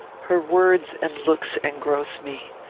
her words and looks engross me.